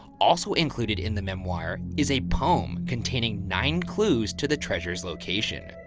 also included in the memoir is a poem containing nine clues to the treasure's location.